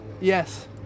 yes